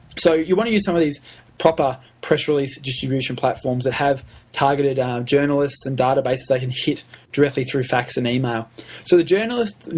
so you want to use some of these proper press release distribution platforms that have targeted journalists and databases they can hit directly through fax and email. so the journalist,